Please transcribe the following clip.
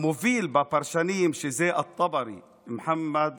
המוביל בפרשנים, שזה מוחמד